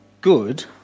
good